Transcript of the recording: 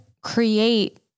create